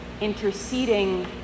interceding